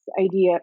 idea